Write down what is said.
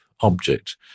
object